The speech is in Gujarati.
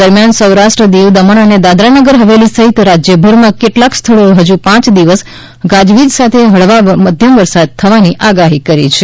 દરમિયાન સૌરાષ્ટ્ર દીવ દમણ દાદરાનગર હવેલી સહિત રાજ્યભરમાં કેટલાક સ્થળોએ હજુ પાંચ દિવસ ગાજવીજ સાથે હળવાથી મધ્યમ વરસાદ થવાની હવામાન ખાતાએ આગાહી કરી છે